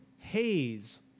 Haze